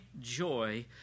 joy